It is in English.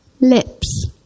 lips